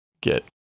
get